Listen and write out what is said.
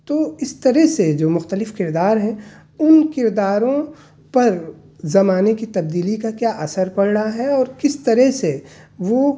تو اس طرح سے جو مختلف کردار ہیں ان کرداروں پر زمانے کی تبدیلی کا کیا اثر پڑ رہا ہے اور کس طرح سے وہ